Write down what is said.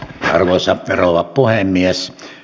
arvoisa rouva puhemies